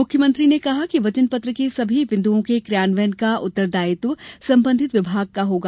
मुख्यमंत्री ने कहा कि वचन पत्र के सभी बिंदुओं के क्रियान्वयन का उत्तरदायित्व संबंधित विभाग का होगा